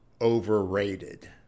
overrated